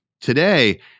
today